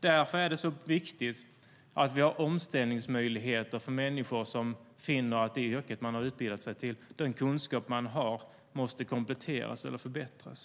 Därför är det så viktigt att vi har omställningsmöjligheter för människor som finner att det yrke de har utbildat sig till och den kunskap de har måste kompletteras eller förbättras.